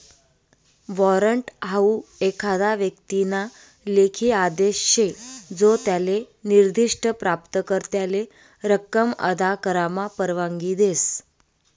warrant हाऊ एखादा व्यक्तीना लेखी आदेश शे जो त्याले निर्दिष्ठ प्राप्तकर्त्याले रक्कम अदा करामा परवानगी देस